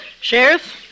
Sheriff